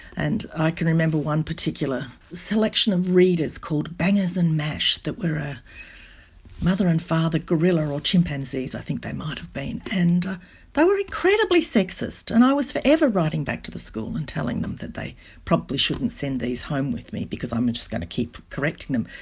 and i can remember one particular selection of readers called bangers and mash, that were a mother and father gorillas or chimpanzees i think they might have been, and they were incredibly sexist. and i was forever writing back to the school and telling them that they probably shouldn't send these home with me because i'm just going to keep correcting them.